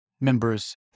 members